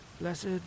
Blessed